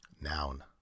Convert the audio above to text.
Noun